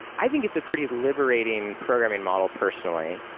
i think it's a pretty liberating programming model personally.